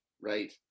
right